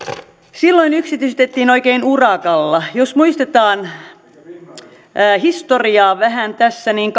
silloin yksityistettiin oikein urakalla jos muistetaan historiaa vähän tässä niin